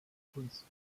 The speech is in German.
kunst